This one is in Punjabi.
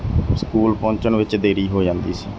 ਸਕੂਲ ਪਹੁੰਚਣ ਵਿੱਚ ਦੇਰੀ ਹੋ ਜਾਂਦੀ ਸੀ